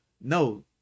No